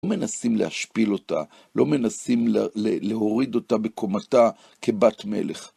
לא מנסים להשפיל אותה, לא מנסים להוריד אותה בקומתה כבת מלך.